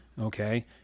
okay